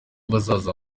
bazamura